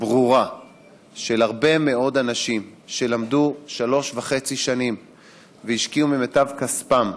ברורה של הרבה מאוד אנשים שלמדו שלוש וחצי שנים והשקיעו ממיטב כספם,